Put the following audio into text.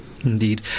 Indeed